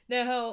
Now